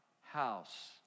house